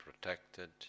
protected